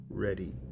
Ready